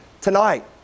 tonight